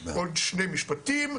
עוד שני משפטים,